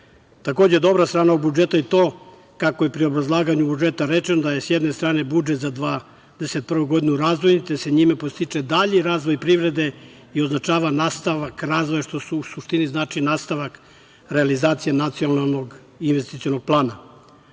dobra strana ovog budžeta i to kako je u izlaganju o budžetu rečeno, da je sa jedne strane budžet za 2021. godinu razvojni, te se njime podstiče dalji razvoj privrede i označava nastavak razvoja, što u suštini znači nastavak realizacije nacionalnog investicionog plana. Sa